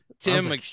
Tim